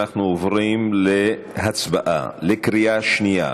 אנחנו עוברים להצבעה בקריאה שנייה.